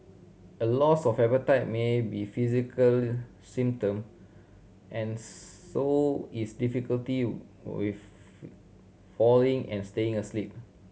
a loss of appetite may be physical symptom and so is difficulty with falling and staying asleep